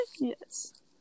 yes